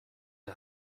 der